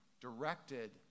directed